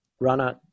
runner